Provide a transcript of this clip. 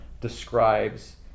describes